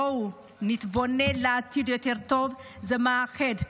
בואו נתבונן אל עתיד יותר טוב, זה מאחד.